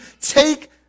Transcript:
take